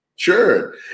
Sure